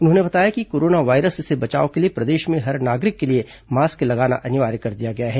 उन्होंने बताया कि कोरोना वायरस से बचाव के लिए प्रदेश में हर नागरिक के लिए मास्क लगाना अनिवार्य कर दिया गया है